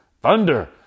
thunder